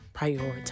prioritize